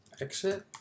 exit